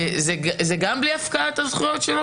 או שלפחות שם כן יש הפקעה?